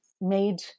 made